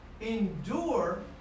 Endure